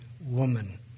Woman